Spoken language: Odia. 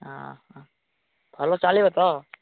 ହଁ ଭଲ ଚାଲିବ ତ